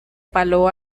palo